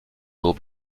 will